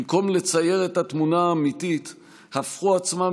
במקום לצייר את התמונה האמיתית הפכו עצמם